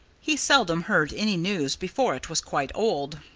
he seldom heard any news before it was quite old.